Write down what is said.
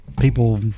people